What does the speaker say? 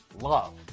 love